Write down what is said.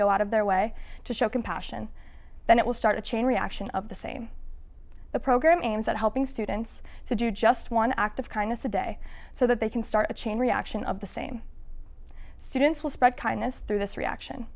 go out of their way to show compassion then it will start a chain reaction of the same the program aimed at helping students to do just one act of kindness a day so that they can start a chain reaction of the same students will spread kindness through this reaction